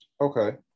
Okay